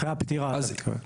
אוקיי.